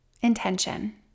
intention